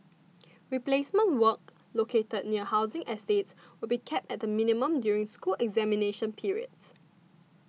replacement work located near housing estates will be kept at the minimum during school examination periods